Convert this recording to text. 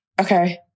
okay